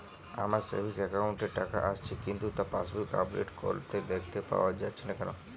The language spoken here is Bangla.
আমার সেভিংস একাউন্ট এ টাকা আসছে কিন্তু তা পাসবুক আপডেট করলে দেখতে পাওয়া যাচ্ছে না কেন?